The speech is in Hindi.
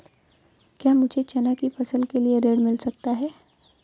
क्या मुझे चना की फसल के लिए ऋण मिल सकता है?